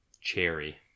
cherry